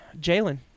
Jalen